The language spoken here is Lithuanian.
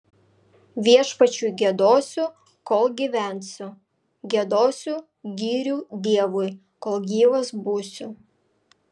viešpačiui giedosiu kol gyvensiu giedosiu gyrių dievui kol gyvas būsiu